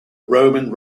roman